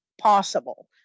possible